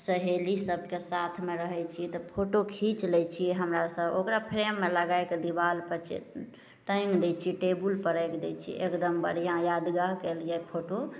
सहेली सबके साथमे रहय छियै तऽ फोटो खीच लै छियै हमरा सब ओकरा फ्रेममे लगा कऽ दीवालपर टाङ्गि दै छियै टेबुलपर राखि दै छियै एकदम बढ़िआँ यादगारके लिये फोटो